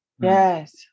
yes